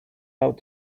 out